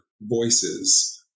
voices